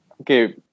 Okay